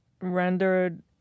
rendered